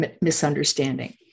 misunderstanding